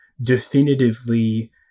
definitively